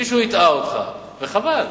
מישהו הטעה אותך, וחבל.